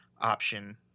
option